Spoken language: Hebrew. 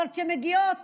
אבל כשמגיעות